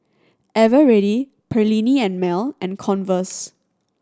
Eveready Perllini and Mel and Converse